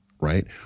right